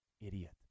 Idiot